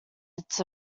its